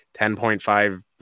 10.5